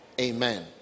Amen